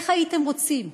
איך הייתם רוצים?